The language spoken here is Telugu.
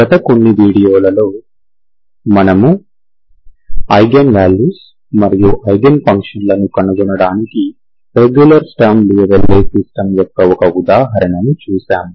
గత కొన్ని వీడియోలలో మనము ఐగెన్ వాల్యూస్ మరియు ఐగెన్ ఫంక్షన్లను కనుగొనడానికి రెగ్యులర్ స్టర్మ్ లియోవిల్లే సిస్టమ్ యొక్క ఒక ఉదాహరణను చూశాము